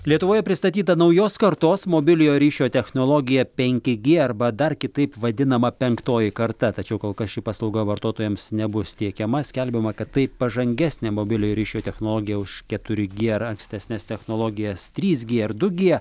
lietuvoje pristatyta naujos kartos mobiliojo ryšio technologija penki gie arba dar kitaip vadinama penktoji karta tačiau kol kas ši paslauga vartotojams nebus tiekiama skelbiama kad tai pažangesnė mobiliojo ryšio technologija už keturi gie ar ankstesnes technologijas trys gie ar du gie